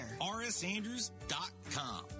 rsandrews.com